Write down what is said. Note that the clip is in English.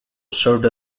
served